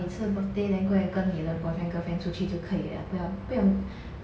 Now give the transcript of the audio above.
每次 birthday then 快点跟你的 boyfriend girlfriend 出去就可以 liao 不要不用